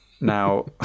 Now